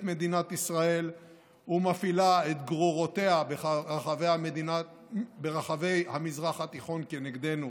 מדינת ישראל ומפעילה את גרורותיה ברחבי המזרח התיכון כנגדנו,